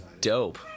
dope